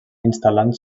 instal·lant